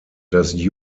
dass